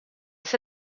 sia